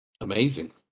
Amazing